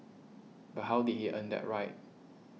but how did he earn that right